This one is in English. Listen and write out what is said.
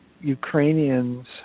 Ukrainians